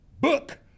book